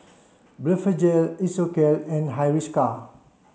Blephagel Isocal and Hiruscar